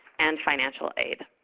and financial aid.